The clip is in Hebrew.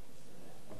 אדוני היושב-ראש,